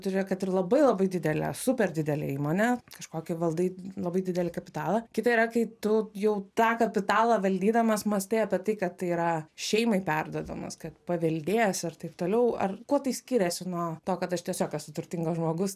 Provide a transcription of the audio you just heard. turi kad ir labai labai didelę super didelę įmonę kažkokį valdai labai didelį kapitalą kita yra kai tu jau tą kapitalą valdydamas mąstai apie tai kad tai yra šeimai perduodamas kad paveldėjęs ir taip toliau ar kuo tai skiriasi nuo to kad aš tiesiog esu turtingas žmogus